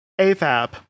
AFAB